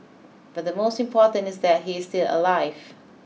but the most important is that he is still alive